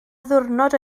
ddiwrnod